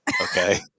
okay